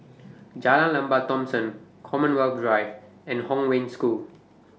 Jalan Lembah Thomson Commonwealth Drive and Hong Wen School